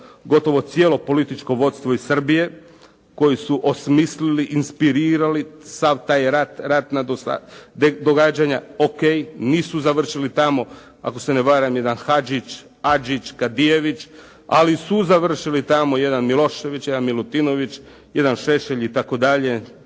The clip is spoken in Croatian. gotovo cijelo političko vodstvo iz Srbije koji su osmislili, inspirirali sav taj rat, ratna događanja, ok, nisu završili tamo. Ako se ne varam, jedan Hadžić, Adžić, Gardijević, ali su završili tamo jedan Milošević, jedan Milutinović, jedan Šešelj itd.,